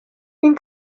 این